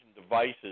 devices